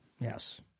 Yes